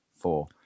four